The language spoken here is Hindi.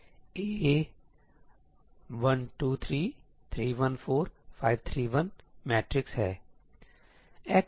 A 1 2 3 3 1 4 5 3 1 मैट्रिक्स है सही